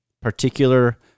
particular